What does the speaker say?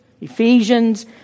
Ephesians